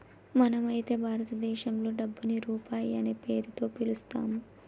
మనం అయితే భారతదేశంలో డబ్బుని రూపాయి అనే పేరుతో పిలుత్తాము